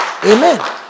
Amen